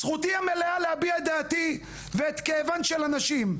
זכותי המלאה להביע את דעתי ואת כאבן של הנשים.